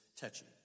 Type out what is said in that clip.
touching